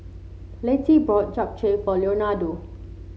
Lettie bought Japchae for Leonardo